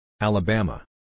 Alabama